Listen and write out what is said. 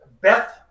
Beth